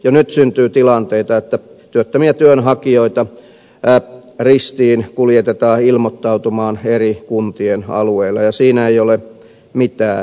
jo nyt syntyy tilanteita että työttömiä työnhakijoita ristiin kuljetetaan ilmoittautumaan eri kuntien alueella ja siinä ei ole mitään järkeä